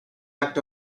act